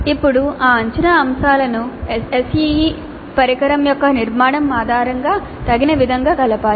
ఇప్పుడు ఈ అంచనా అంశాలను SEE పరికరం యొక్క నిర్మాణం ఆధారంగా తగిన విధంగా కలపాలి